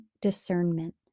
discernment